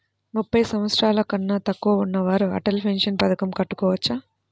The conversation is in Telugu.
ముప్పై సంవత్సరాలకన్నా తక్కువ ఉన్నవారు అటల్ పెన్షన్ పథకం కట్టుకోవచ్చా?